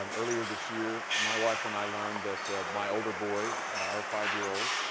um earlier this year, my wife and i learned that my older boy, our five year old,